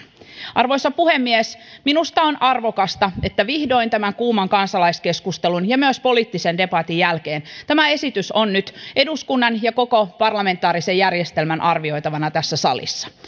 arvoisa puhemies minusta on arvokasta että vihdoin tämän kuuman kansalaiskeskustelun ja myös poliittisen debatin jälkeen tämä esitys on nyt eduskunnan ja koko parlamentaarisen järjestelmän arvioitavana tässä salissa